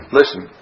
listen